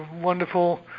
wonderful